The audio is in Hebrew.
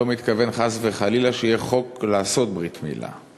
לא מתכוון חלילה שיהיה חוק לעשות ברית מילה.